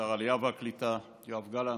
שר העלייה והקליטה יואב גלנט,